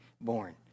born